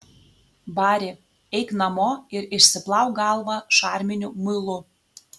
bari eik namo ir išsiplauk galvą šarminiu muilu